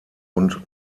und